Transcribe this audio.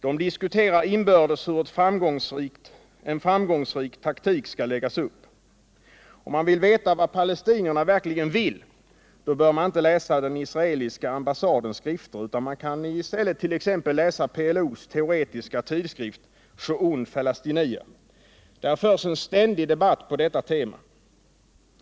De diskuterar inbördes hur en framgångsrik taktik skall läggas upp. Om man vill veta vad palestinierna verkligen vill, då bör man inte läsa den israeliska ambassadens skrifter, utan man kan i stället t.ex. läsa PLO:s teoretiska tidskrift Shu'un Falastinija. Där förs en ständig debatt på det temat.